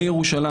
בירושלים.